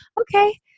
okay